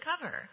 cover